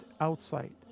outside